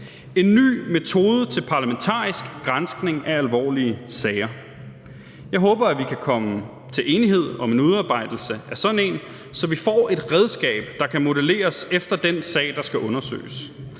en ny metode til parlamentarisk granskning af alvorlige sager. Jeg håber, at vi kan komme til enighed om en udarbejdelse af sådan en, så vi får et redskab, der kan modelleres efter den sag, der skal undersøges,